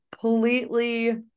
completely